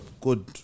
good